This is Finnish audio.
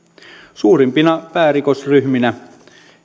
suurimpina päärikosryhminä